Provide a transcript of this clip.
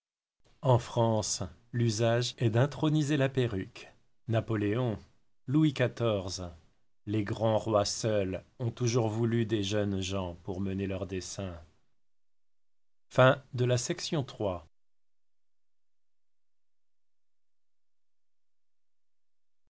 en france l'usage est d'introniser la perruque napoléon louis xiv les grands rois seuls ont toujours voulu des jeunes gens pour mener leurs desseins